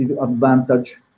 advantage